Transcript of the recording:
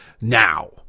now